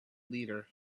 leader